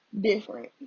different